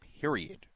period